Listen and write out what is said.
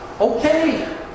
okay